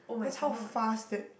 that's how fast that